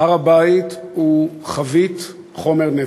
הר-הבית הוא חבית חומר נפץ,